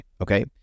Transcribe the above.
Okay